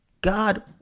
God